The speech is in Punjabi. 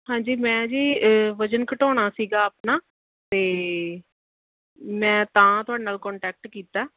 ਹਾਂਜੀ ਮੈਂ ਜੀ ਵਜਨ ਘਟਾਉਣਾ ਸੀਗਾ ਆਪਣਾ ਅਤੇ ਮੈਂ ਤਾਂ ਤੁਹਾਡੇ ਨਾਲ ਕੰਟੈਕਟ ਕੀਤਾ